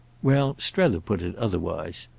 well, strether put it otherwise,